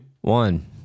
one